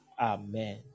Amen